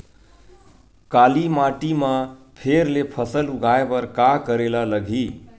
काली माटी म फेर ले फसल उगाए बर का करेला लगही?